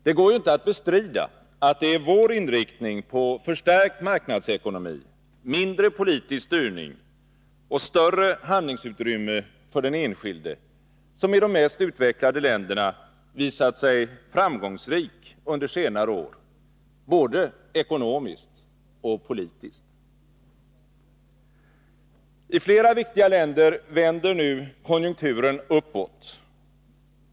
Det går ju inte att bestrida att det är vår inriktning på förstärkt marknadsekonomi, mindre politisk styrning och större handlingsutrymme för den enskilde som i de mest utvecklade länderna visat sig framgångsrik under senare år — både ekonomiskt och politiskt. I flera viktiga länder vänder nu konjunkturen uppåt.